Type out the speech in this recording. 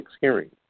hearing